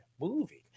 movie